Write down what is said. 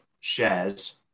shares